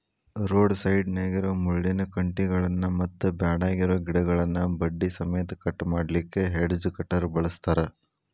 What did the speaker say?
road ಸೈಡ್ನ್ಯಾಗಿರೋ ಮುಳ್ಳಿನ ಕಂಟಿಗಳನ್ನ ಮತ್ತ್ ಬ್ಯಾಡಗಿರೋ ಗಿಡಗಳನ್ನ ಬಡ್ಡಿ ಸಮೇತ ಕಟ್ ಮಾಡ್ಲಿಕ್ಕೆ ಹೆಡ್ಜ್ ಕಟರ್ ಬಳಸ್ತಾರ